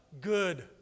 good